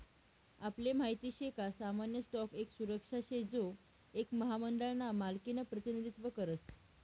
आपले माहित शे का सामान्य स्टॉक एक सुरक्षा शे जो एक महामंडळ ना मालकिनं प्रतिनिधित्व करस